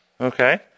Okay